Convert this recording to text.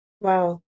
Wow